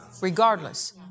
Regardless